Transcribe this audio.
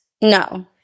No